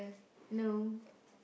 no